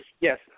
Yes